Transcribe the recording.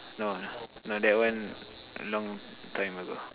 no no that one long time ago